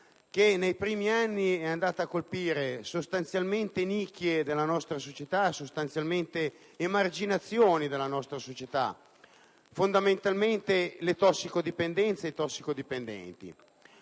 che nei primi anni è andata a colpire sostanzialmente nicchie, emarginazioni della nostra società, fondamentalmente le tossicodipendenze, i tossicodipendenti.